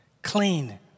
clean